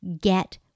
get